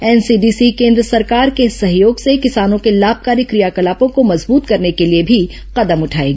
NCDC केन्द्र सरकार के सहयोग से किसानों के लाभकारी क्रियाकलापोर् को मजबूत करने के लिए भी कदम उठायेगी